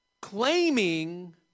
Claiming